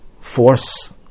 force